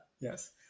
Yes